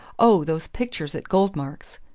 oh, those pictures at goldmark's.